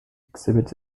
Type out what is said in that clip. exhibits